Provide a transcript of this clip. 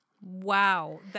Wow